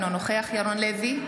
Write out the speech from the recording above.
אינו נוכח ירון לוי,